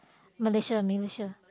Malaysia Malaysia